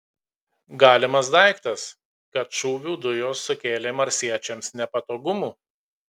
galimas daiktas kad šūvių dujos sukėlė marsiečiams nepatogumų